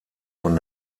von